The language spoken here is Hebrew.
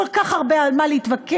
כל כך הרבה על מה להתווכח,